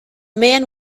man